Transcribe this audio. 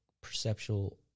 perceptual